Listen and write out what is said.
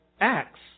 Acts